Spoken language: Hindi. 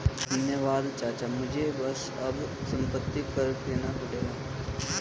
धन्यवाद चाचा मुझे बस अब संपत्ति कर देना पड़ेगा